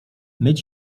myć